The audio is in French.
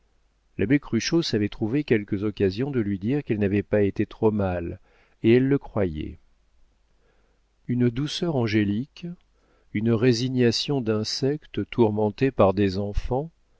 la bertellière l'abbé cruchot savait trouver quelques occasions de lui dire qu'elle n'avait pas été trop mal et elle le croyait une douceur angélique une résignation d'insecte tourmenté par des enfants